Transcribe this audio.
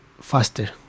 faster